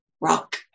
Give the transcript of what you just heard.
rock